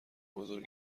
بزرگ